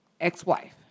ex-wife